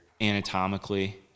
anatomically